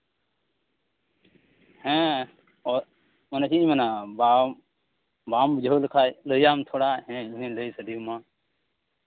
ᱦᱮᱸ ᱚ ᱚᱱᱮ ᱪᱮᱫ ᱤᱧ ᱢᱮᱱᱟ ᱵᱟ ᱵᱟᱢ ᱵᱩᱡᱷᱟᱹᱣ ᱞᱮᱠᱷᱟᱱ ᱞᱟᱹᱭᱟᱢ ᱛᱷᱚᱲᱟ ᱦᱮᱸ ᱤᱧ ᱦᱚᱧ ᱞᱟᱹᱭ ᱥᱟᱰᱮᱣᱟᱢᱟ